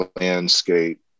landscape